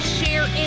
share